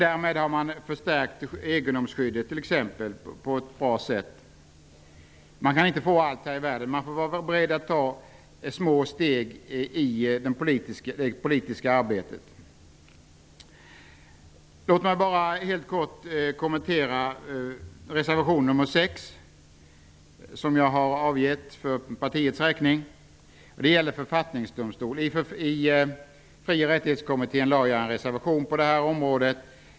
Därmed har man stärkt t.ex. egendomsskyddet på ett bra sätt. Man kan inte få allt här i världen. Man får vara beredd att ta små steg i det politiska arbetet. Låt mig helt kort kommentera reservation 6, som jag har evgett för partiets räkning. Det gäller författningsdomstol. I Fri och rättighetskommittén lämnade jag en reservation på det här området.